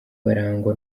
barangwa